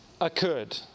occurred